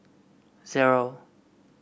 zero